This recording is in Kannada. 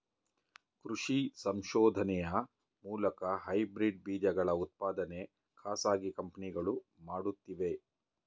ಕೃಷಿ ಸಂಶೋಧನೆಯ ಮೂಲಕ ಹೈಬ್ರಿಡ್ ಬೀಜಗಳ ಉತ್ಪಾದನೆ ಖಾಸಗಿ ಕಂಪನಿಗಳು ಮಾಡುತ್ತಿವೆ